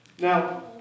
Now